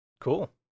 cool